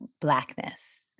blackness